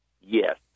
yes